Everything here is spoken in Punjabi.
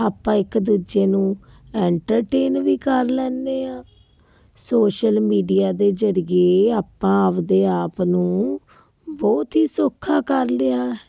ਆਪਾਂ ਇੱਕ ਦੂਜੇ ਨੂੰ ਐਂਟਰਟੇਨ ਵੀ ਕਰ ਲੈਂਦੇ ਹਾਂ ਸੋਸ਼ਲ ਮੀਡੀਆ ਦੇ ਜਰੀਏ ਆਪਾਂ ਆਪਣੇ ਆਪ ਨੂੰ ਬਹੁਤ ਹੀ ਸੌਖਾ ਕਰ ਲਿਆ ਹੈ